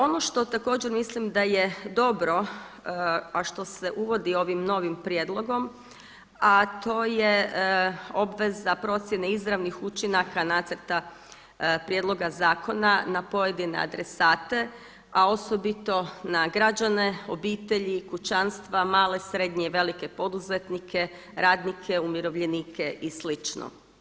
Ono što također mislim da je dobro a što se uvodi ovim novim prijedlogom a to je obveza procjene izravnih učinaka nacrta prijedloga zakona na pojedine adresate a osobito na građane, obitelji, kućanstva, male, srednje i velike poduzetnike, radnike, umirovljenike i slično.